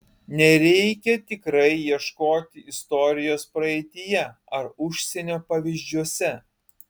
nereikia tikrai ieškoti istorijos praeityje ar užsienio pavyzdžiuose